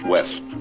West